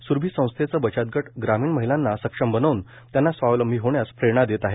स्रभी संस्थेचे बचतगट ग्रामीण महिलांना सक्षम बनवून त्यांना स्वावलंबी होण्यास प्रेरणा देत आहेत